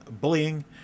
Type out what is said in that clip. Bullying